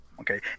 Okay